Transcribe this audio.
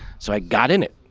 so i got in it.